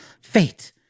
Fate